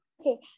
okay